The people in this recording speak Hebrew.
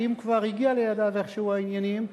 שאם כבר הגיעו לידיו איכשהו העניינים,